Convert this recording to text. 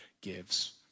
gives